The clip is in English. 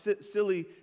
silly